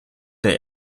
der